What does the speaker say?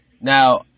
Now